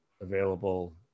available